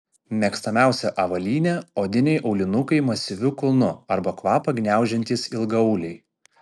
mėgstamiausia avalynė odiniai aulinukai masyviu kulnu arba kvapą gniaužiantys ilgaauliai